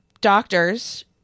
doctors